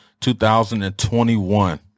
2021